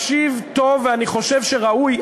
מקשיב טוב, ואני חושב שזה ראוי.